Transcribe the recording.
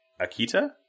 Akita